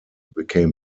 became